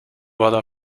vada